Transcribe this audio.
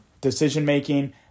decision-making